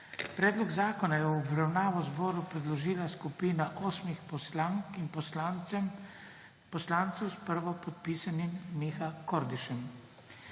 Predlog zakona je v obravnavo zboru predložila skupina osmih poslank in poslancev s prvopodpisanim Miha Kordišem.